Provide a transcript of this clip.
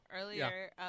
Earlier